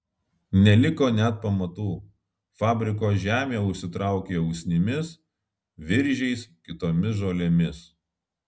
neliko net pamatų fabriko žemė užsitraukė usnimis viržiais kitomis žolėmis